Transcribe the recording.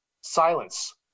silence